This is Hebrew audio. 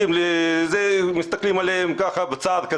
מסתכלים עליהם בצער.